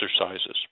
exercises